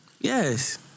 Yes